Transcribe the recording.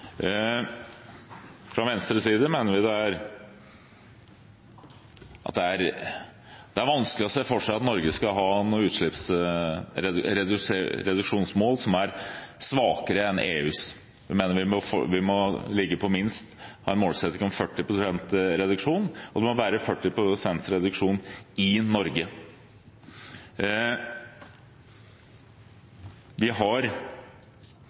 Fra Venstres side mener vi det er vanskelig å se for seg at Norge skal ha noe utslippsreduksjonsmål som er svakere enn EUs mål. Vi mener at vi må ha en målsetting om minst 40 pst. reduksjon – og det må være 40 pst. reduksjon i Norge. Ja, vi har